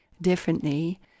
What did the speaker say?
differently